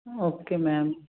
okay madam